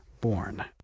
born